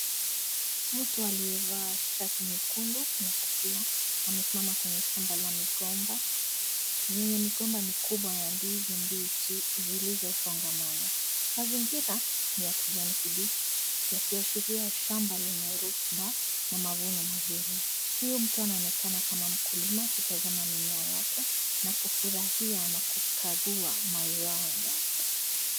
Mtu aliyevaa shati nyekundu na kofia, amesimama kwenye shamba la migomba yenye migomba kubwa ya ndizi mbichi zilizosongamana. Mazingira ni ya kijani kibichi yakiashiria shamba lenye rutuba na mavuno mazuri. Huyu mtu anaonekana kama mkulima akitazama mimea yake na kufurahia na kugau mazao yake.